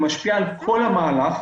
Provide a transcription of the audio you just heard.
היא משפיעה על כל המהלך.